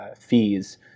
fees